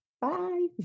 Bye